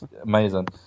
amazing